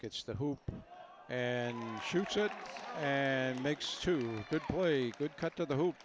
gets the hoop and shoots it and makes the boy a good cut to the hoop